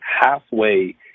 halfway